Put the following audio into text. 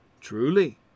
Truly